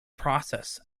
process